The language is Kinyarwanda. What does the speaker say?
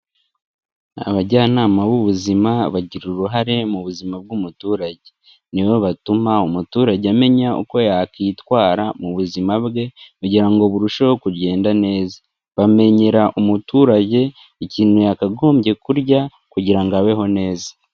Abajyanama b'ubuzima bagira uruhare mu buzima bw'umuturage. Ni bo batuma umuturage amenya uko yakwitwara mu buzima bwe kugira ngo burusheho kugenda neza. Bamenyera umuturage ikintu yakagombye kurya kugira ngo abeho neza.